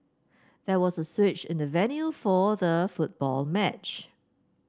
there was a switch in the venue for the football match